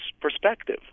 perspective